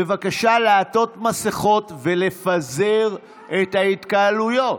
בבקשה לעטות מסכות ולפזר את ההתקהלויות.